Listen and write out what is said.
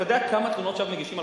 אתה יודע כמה תלונות שווא מגישים על